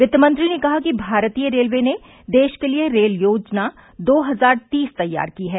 वित्तमंत्री ने कहा कि भारतीय रेलवे ने देश के लिए रेल योजना दो हजार तीस तैयार की है